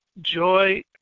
Joy